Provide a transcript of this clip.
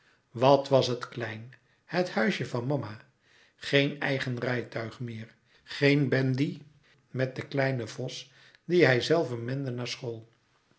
wat was het klein het huisje van mama geen eigen rijtuig meer geen bendie met den kleinen vos dien hijzelve mende naar school